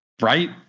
Right